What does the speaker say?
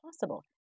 possible